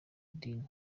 dini